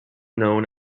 known